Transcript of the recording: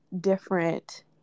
different